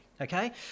Okay